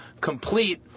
complete